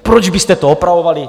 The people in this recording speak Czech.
Proč byste to opravovali?